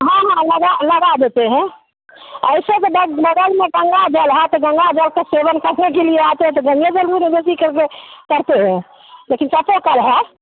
हाँ हाँ लगा लगा देते हैं ऐसे तो बग बगल में गंगा जल है तो गंगा जल का सेवन करने के लिए आते हैं तो गंगे जल करते करते हैं लेकिन चापो कल है